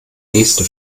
nächste